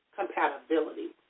compatibility